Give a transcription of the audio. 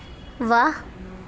واہ